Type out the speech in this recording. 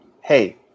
hey